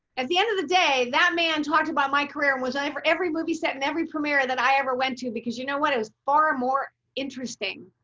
at the end of the day that man talks about my career was over every movie set. and every premiere that i ever went to because you know what it was far more interesting.